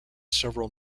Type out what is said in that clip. several